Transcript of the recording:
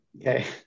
okay